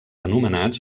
anomenats